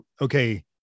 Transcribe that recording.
okay